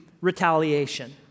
retaliation